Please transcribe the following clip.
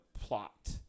plot